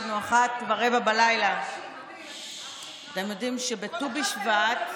אנחנו בשעה 01:15. אתם יודעים שבט"ו בשבט,